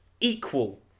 equal